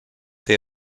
they